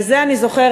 ואת זה אני זוכרת,